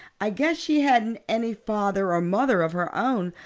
i guess she hadn't any father or mother of her own.